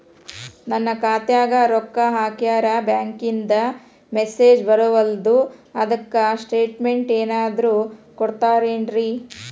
ನನ್ ಖಾತ್ಯಾಗ ರೊಕ್ಕಾ ಹಾಕ್ಯಾರ ಬ್ಯಾಂಕಿಂದ ಮೆಸೇಜ್ ಬರವಲ್ದು ಅದ್ಕ ಸ್ಟೇಟ್ಮೆಂಟ್ ಏನಾದ್ರು ಕೊಡ್ತೇರೆನ್ರಿ?